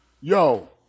Yo